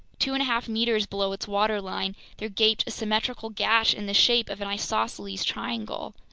two and a half meters below its waterline, there gaped a symmetrical gash in the shape of an isosceles triangle.